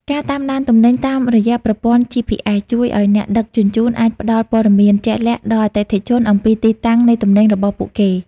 ការតាមដានទំនិញតាមរយៈប្រព័ន្ធ GPS ជួយឱ្យអ្នកដឹកជញ្ជូនអាចផ្តល់ព័ត៌មានជាក់លាក់ដល់អតិថិជនអំពីទីតាំងនៃទំនិញរបស់ពួកគេ។